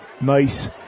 nice